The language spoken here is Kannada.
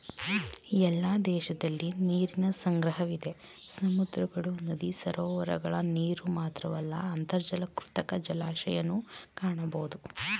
ಎಲ್ಲ ದೇಶದಲಿ ನೀರಿನ ಸಂಗ್ರಹವಿದೆ ಸಮುದ್ರಗಳು ನದಿ ಸರೋವರಗಳ ನೀರುಮಾತ್ರವಲ್ಲ ಅಂತರ್ಜಲ ಕೃತಕ ಜಲಾಶಯನೂ ಕಾಣಬೋದು